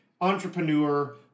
entrepreneur